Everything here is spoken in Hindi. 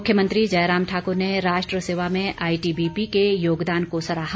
मुख्यमंत्री जयराम ठाकुर ने राष्ट्र सेवा में आईटीबीपी के योगदान को सराहा